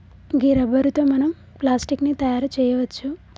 గీ rubber తో మనం plastic ని తయారు చేయవచ్చు